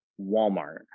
Walmart